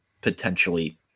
potentially